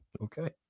Okay